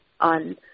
on